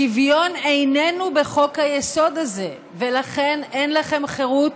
שוויון איננו בחוק-היסוד הזה, ולכן אין לכם חירות